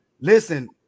Listen